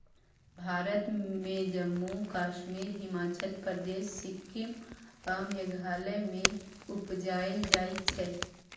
भारत मे जम्मु कश्मीर, हिमाचल प्रदेश, सिक्किम आ मेघालय मे उपजाएल जाइ छै